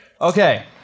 Okay